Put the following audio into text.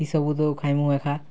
ଇ ସବୁ ତ ଖାଏମୁ ଏକା